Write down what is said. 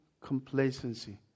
complacency